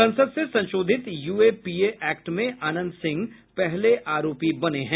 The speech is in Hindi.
संसद से संशोधित यूएपीए एक्ट में अनंत सिंह पहले आरोपी बने हैं